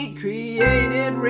created